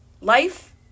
Life